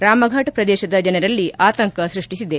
ರಾಮ್ಫಾಟ್ ಪ್ರದೇಶದ ಜನರಲ್ಲಿ ಆತಂಕ ಸೃಷ್ಷಿಸಿದೆ